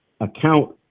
account